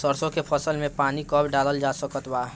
सरसों के फसल में पानी कब डालल जा सकत बा?